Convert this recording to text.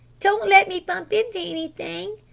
don't let me bump into anything!